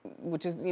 which is, you